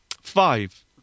Five